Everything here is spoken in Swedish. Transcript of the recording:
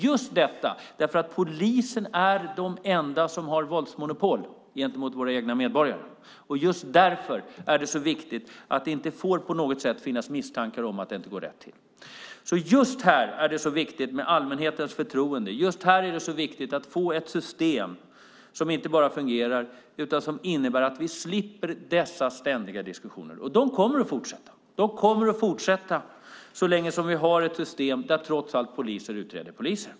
Polisen har nämligen ett våldsmonopol gentemot våra egna medborgare, och därför är det viktigt att det inte på något sätt får finnas misstankar om att det inte går rätt till. Just här är det alltså viktigt med allmänhetens förtroende och viktigt att få ett system som inte bara fungerar utan även innebär att vi slipper dessa ständiga diskussioner - och de kommer att fortsätta. De kommer att fortsätta så länge vi har ett system där trots allt poliser utreder poliser.